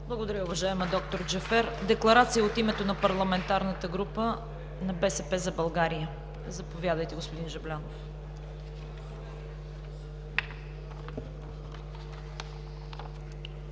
Благодаря, уважаема д-р Джафер. Декларация от името на парламентарната група на „БСП за България“. Заповядайте, господин Жаблянов.